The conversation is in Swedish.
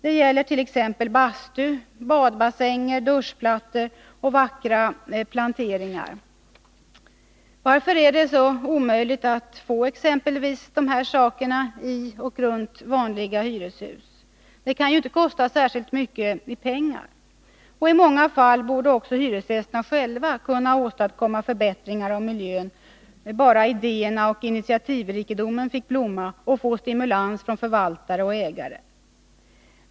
Detta gäller t.ex. bastu, badbassänger, duschplattor och vackra planteringar. Varför är det så omöjligt att få exempelvis dessa saker i och runt vanliga hyreshus? De kan inte kosta särskilt mycket i pengar. I många fall borde också hyresgästerna själva kunna åstadkomma förbättringar av miljön bara idéerna och initiativrikedomen fick blomma och få stimulans från förvaltare och ägare.